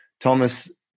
Thomas